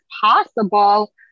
possible